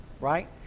right